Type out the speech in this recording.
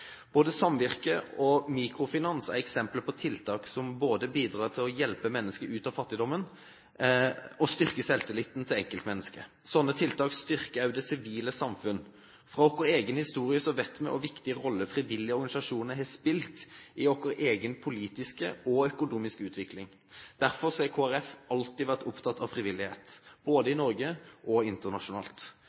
Både samvirker og mikrofinans er eksempler på tiltak som både bidrar til å hjelpe mennesker ut av fattigdommen og styrker selvtilliten til enkeltmennesket. Slike tiltak styrker også det sivile samfunn. Fra vår egen historie vet vi hvilken viktig rolle frivillige organisasjoner har spilt i vår egen politiske og økonomiske utvikling. Derfor har Kristelig Folkeparti alltid vært opptatt av frivillighet, både i Norge og internasjonalt.